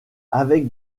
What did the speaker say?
avec